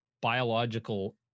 biological